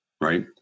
Right